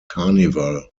carnival